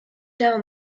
down